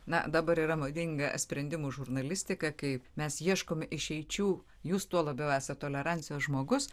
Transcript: na dabar yra madinga sprendimų žurnalistika kai mes ieškome išeičių jūs tuo labiau esą tolerancijos žmogus